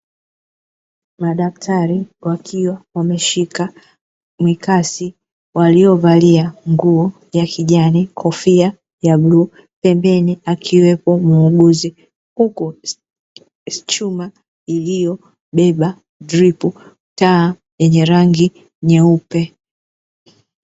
Madaktari wakiwa wameshika mikasi waliovalia nguo ya kijani kofia ya bluu pembeni akiwepo muuguzi, huku chuma iliyobeba dripu, taa yenye rangi nyeupe.